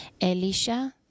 Elisha